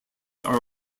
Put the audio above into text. are